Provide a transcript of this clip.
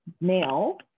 male